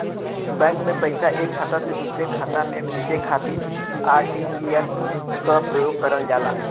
bank में पैसा एक खाता से दूसरे खाता में भेजे खातिर आर.टी.जी.एस क प्रयोग करल जाला